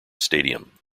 stadium